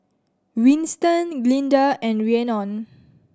Winston Glynda and Rhiannon